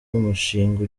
umushinga